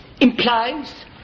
implies